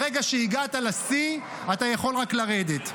ברגע שהגעת לשיא, אתה יכול רק לרדת.